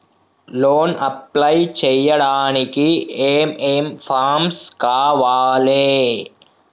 Loan apply చేయడానికి ఏం ఏం ఫామ్స్ కావాలే?